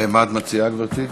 מה את מציעה, גברתי?